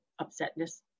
upsetness